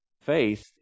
Faith